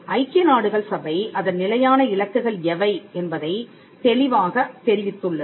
ஐக்கிய நாடுகள் சபை அதன் நிலையான இலக்குகள் எவை என்பதைத் தெளிவாகத் தெரிவித்துள்ளது